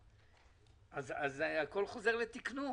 אז הכול חוזר לתקנו.